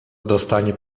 dostanie